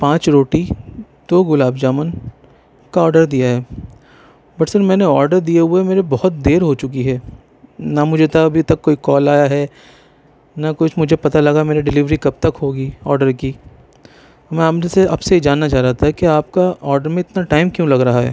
پانچ روٹی دو گلاب جامن کا آرڈر دیا ہے بٹ سر میں نے آرڈر دیئے ہوئے میرے بہت دیر ہو چکی ہے نہ مجھے تا ابھی تک کوئی کال آیا ہے نہ کچھ مجھے پتہ لگا میرے ڈیلیوری کب تک ہو گی آڈر کی میں سر آپ سے یہ جاننا چاہ رہا تھا کہ آپ کا آرڈر میں اتنا ٹائم کیوں لگ رہا ہے